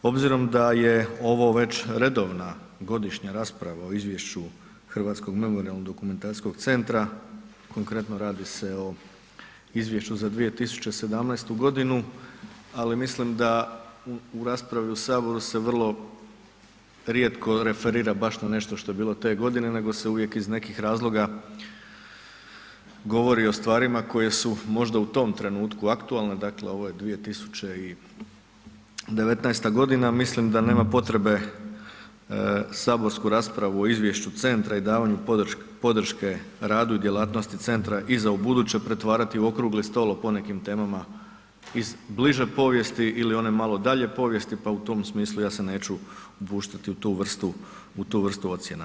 Obzirom da je ovo već redovna godišnja rasprava o izvješću Hrvatskog memorijalnog dokumentacijskog centra, konkretno radi se o izvješću za 2017. g., ali mislim da u raspravi u Saboru se vrlo rijetko referira baš na nešto što je bilo te godine nego se uvijek iz nekih razloga govori o stvarima koje su možda u tom trenutku aktualno, dakle ovo je 2019. g., mislim da nema potrebe saborsku raspravu o izvješću centra i davanju podrške radu i djelatnosti centra i za ubuduće pretvarati u okrugli stol po nekim temama iz bliže povijesti ili one malo dalje povijesti pa u tom smislu, ja se neću upuštati u tu vrstu ocjena.